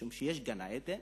משום שיש גן-עדן